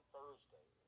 Thursday